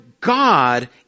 God